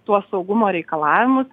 tuos saugumo reikalavimus